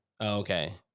Okay